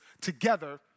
together